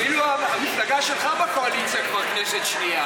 אפילו המפלגה שלך בקואליציה כבר כנסת שנייה,